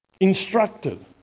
instructed